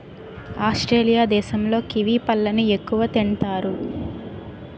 Australia దేశంలో kiwi పళ్ళను ఎక్కువగా తింతారు